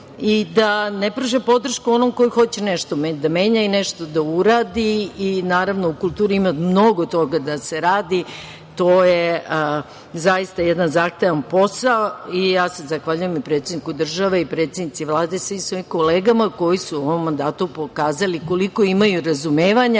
i da ne pruže podršku onom koji hoće nešto da menja i nešto da uradi. Naravno, u kulturi ima mnogo toga da se radi, to je zaista jedan zahtevan posao i ja se zahvaljujem predsedniku države, predsednici Vlade i svim svojim kolegama koji su u ovom mandati pokazali koliko imaju razumevanja